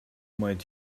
might